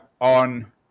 on